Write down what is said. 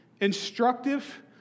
instructive